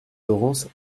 laurence